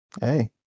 Hey